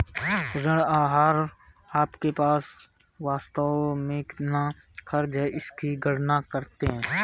ऋण आहार आपके पास वास्तव में कितना क़र्ज़ है इसकी गणना करते है